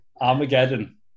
Armageddon